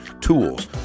tools